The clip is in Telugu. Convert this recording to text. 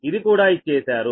ఇది కూడా ఇచ్చేశారు